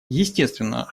естественно